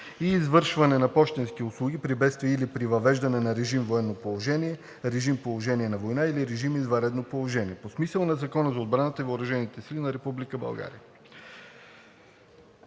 и извършване на пощенски услуги при бедствия или при въвеждане на режим военно положение, режим положение на война или режим извънредно положение по смисъла на Закона за отбраната и въоръжените сили на